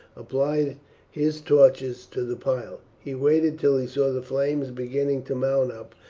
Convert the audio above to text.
applied his torches to the pile. he waited till he saw the flames beginning to mount up.